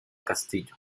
castillo